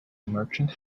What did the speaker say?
merchant